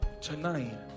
Tonight